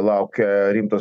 laukia rimtas